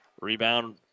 Rebound